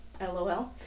LOL